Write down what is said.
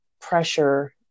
pressure